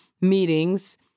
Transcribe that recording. meetings